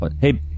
Hey